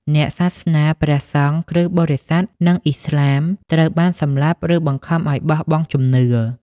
អ្នកសាសនា ព្រះសង្ឃ គ្រិស្តបរិស័ទ និងឥស្លាម ត្រូវបានសម្លាប់ ឬបង្ខំឱ្យបោះបង់ជំនឿ។